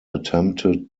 attempted